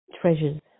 treasures